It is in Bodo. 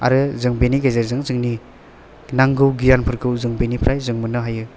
आरो जों बेनि गेजेरजों जोंनि नांगौ गियानफोरखौ जों बेनिफ्राइ जों मोन्नो हायो